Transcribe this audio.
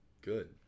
good